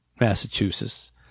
Massachusetts